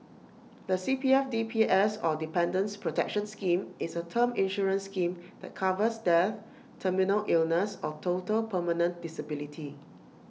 the C P F D P S or Dependants' protection scheme is A term insurance scheme that covers death terminal illness or total permanent disability